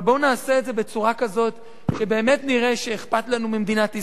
אבל בואו נעשה את זה בצורה כזאת שבאמת נראה שאכפת לנו ממדינת ישראל,